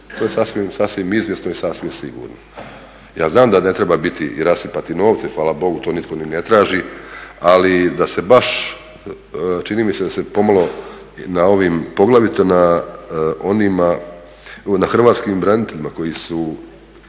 to je sasvim izvjesno i sasvim sigurno. Ja znam da ne treba biti i rasipati novce, fala Bogu to nitko ni ne traži, ali da se baš, čini mi se da se pomalo na ovim poglavito na onima, na Hrvatskim braniteljima koji su